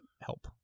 help